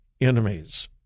enemies